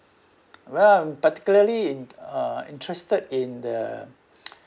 well I'm particularly in uh interested in the